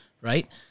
right